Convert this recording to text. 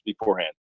beforehand